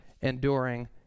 enduring